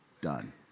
done